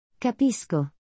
Capisco